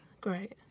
Great